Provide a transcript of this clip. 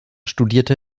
studierte